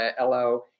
LO